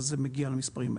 אז זה מגיע למספרים האלה.